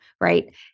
Right